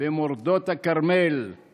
במורדות הכרמל /